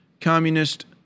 communist